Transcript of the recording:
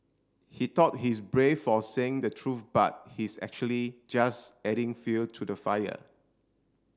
he thought he's brave for saying the truth but he's actually just adding fuel to the fire